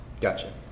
Gotcha